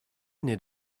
need